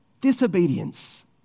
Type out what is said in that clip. disobedience